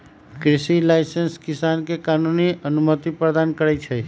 कृषि लाइसेंस किसान के कानूनी अनुमति प्रदान करै छै